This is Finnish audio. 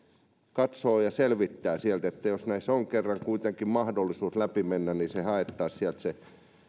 katsoa ja selvittää sieltä että jos näissä on kerran kuitenkin mahdollisuus läpi mennä niin sieltä eusta haettaisiin se